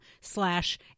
slash